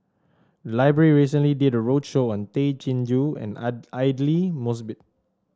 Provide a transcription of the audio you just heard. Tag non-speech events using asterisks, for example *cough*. library recently did a roadshow on Tay Chin Joo and *unintelligible* Aidli Mosbit